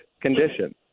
condition